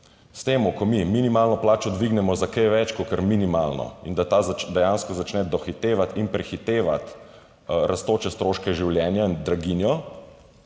ko mi minimalno plačo dvignemo za kaj več kakor minimalno in ta dejansko začne dohitevati in prehitevati rastoče stroške življenja in draginjo,